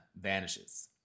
vanishes